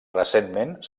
recentment